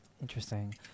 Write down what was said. Interesting